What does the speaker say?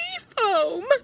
foam